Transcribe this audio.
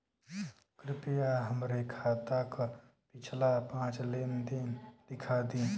कृपया हमरे खाता क पिछला पांच लेन देन दिखा दी